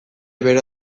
bera